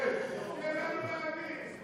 תן לנו להבין.